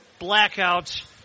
blackouts